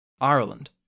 Ireland